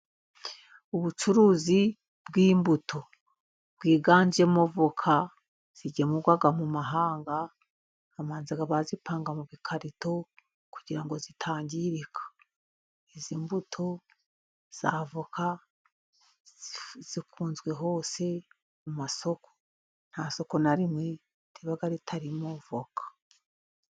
Ubucuruzi bw'imbuto bwiganjemo voka zigemurwa mu mahanga, babanza kuzipanga mu bikarito, kugira ngo zitangirika. Izi mbuto za voka zikunzwe hose mu masoko. Nta soko na rimwe riba ritarimo voka.